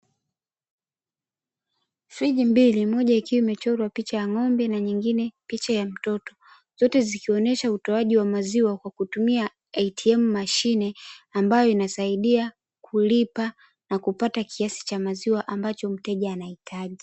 Friji mbili moja ikiwa imechorwa picha ya ng'ombe na nyingine picha ya mtoto, zote zikionesha utoaji wa maziwa lkwa kutumia "ATM mashine", ambayo inasaidia kulipa na kupata kiasi cha maziwa ambacho mteja anahitaji.